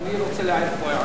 אני רוצה להעיר פה הערה,